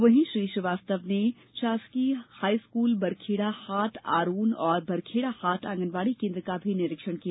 वहीं श्री श्रीवास्तव ने शासकीय हाईस्कूल बरखेडा हाट आरोन एवं बरखेडा हाट आंगनबाडी केन्द्र का भी निरीक्षण किया